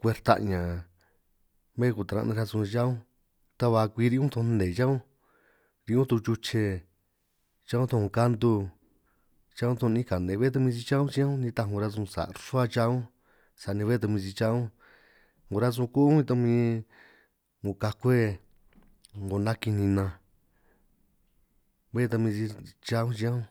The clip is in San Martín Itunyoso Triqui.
kwej rtañan bé 'ngo taran' nej rasun cha unj, ta ba kwi ri' ñunj toj nne cha ñunj ri' ñunj toj chuche cha unj, toj 'ngo kantu cha unj toj 'nín kane bé ta min si cha ñunj chiñan ñunj, nitaj 'ngo rasun sa' rruhua cha unj sani bé ta min si cha unj, 'ngo rasun koo tan min 'ngo kague 'ngo nakin ninanj bé ta min si cha unj chiñánj unj.